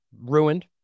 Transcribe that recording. ruined